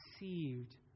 deceived